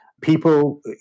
people